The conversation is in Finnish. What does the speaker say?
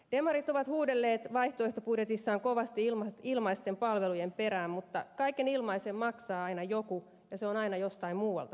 demarit ovat huudelleet vaihtoehtobudjetissaan kovasti ilmaisten palvelujen perään mutta kaiken ilmaisen maksaa aina joku ja se on aina jostain muualta pois